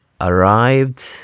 arrived